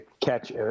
catch